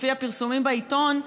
לפי הפרסומים בעיתון,